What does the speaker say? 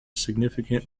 significant